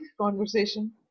conversation